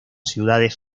ciudades